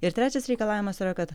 ir trečias reikalavimas yra kad